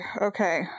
okay